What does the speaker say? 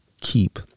keep